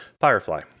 Firefly